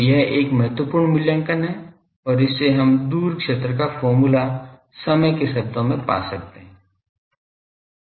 तो यह एक महत्वपूर्ण मूल्यांकन है और इससे हम दूर क्षेत्र का फार्मूला समय के शब्दों में पा सकते हैं